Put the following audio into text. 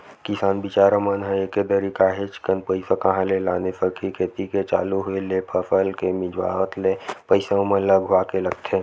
किसान बिचारा मन ह एके दरी काहेच कन पइसा कहाँ ले लाने सकही खेती के चालू होय ले फसल के मिंजावत ले पइसा ओमन ल अघुवाके लगथे